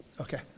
Okay